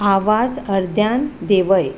आवाज अर्द्यान देंवय